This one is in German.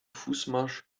fußmarsch